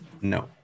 No